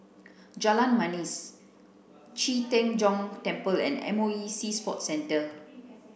Jalan Manis Qi Tian Gong Temple and M O E Sea Sports Centre